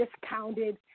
discounted